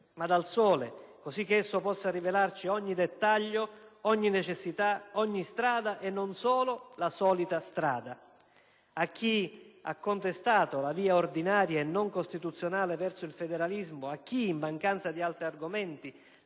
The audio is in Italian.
ma dal sole, così che esso possa rivelarci ogni dettaglio, ogni necessità, ogni strada e non solo la solita strada. A chi ha contestato la via ordinaria e non costituzionale verso il federalismo e a chi, in mancanza di altri argomenti,